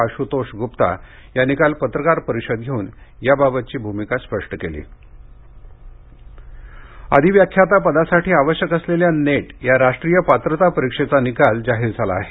आशुतोष गुप्ता यांनी काल पत्रकार परिषद घेऊन याबाबतची भ्मिका स्पष्ट केली नेट अधिव्याख्याता पदासाठी आवश्यक असलेल्या नेट या राष्ट्रीय पात्रता परीक्षेचा निकाल जाहीर झाला आहे